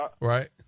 Right